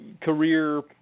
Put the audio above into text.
career